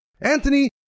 Anthony